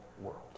world